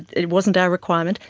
it wasn't our requirement,